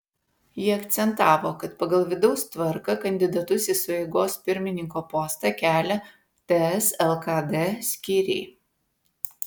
ji akcentavo kad pagal vidaus tvarką kandidatus į sueigos pirmininko postą kelia ts lkd skyriai